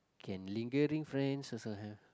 can lingering friends also have